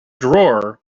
drawer